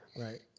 Right